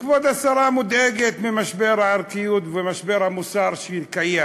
וכבוד השרה מודאגת ממשבר הערכיות ומשבר המוסר שקיים,